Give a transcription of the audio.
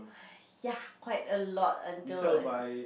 ya quite a lot until I